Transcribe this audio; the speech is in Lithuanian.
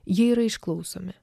jie yra išklausomi